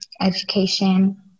education